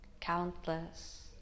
countless